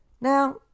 Now